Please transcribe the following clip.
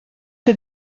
que